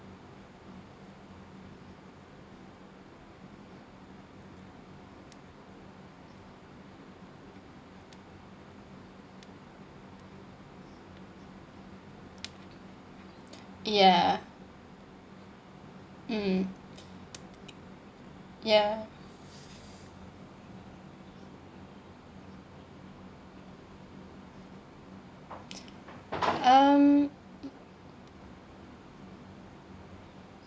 ya mm ya um